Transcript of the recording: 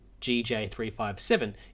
GJ357